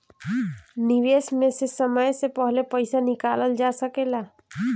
निवेश में से समय से पहले पईसा निकालल जा सेकला?